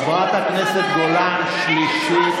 בן 50. בן 50. חברת הכנסת שטרית, שנייה.